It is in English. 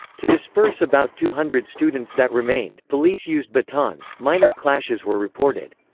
to disperse about two hundred students that remained, police used batons minor clashes were reported.